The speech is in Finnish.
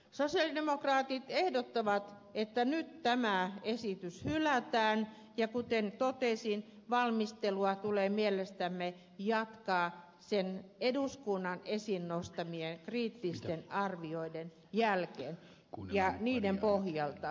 sosialidemokraatit ehdottavat että nyt tämä esitys hylätään ja kuten totesin valmistelua tulee mielestämme jatkaa eduskunnan esiin nostamien kriittisten arvioiden jälkeen ja niiden pohjalta